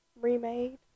remade